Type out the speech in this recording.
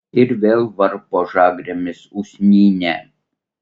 ir vėl varpo žagrėmis usnynę